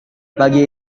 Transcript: pagi